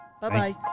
Bye-bye